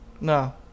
No